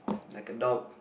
like a dog